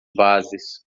bases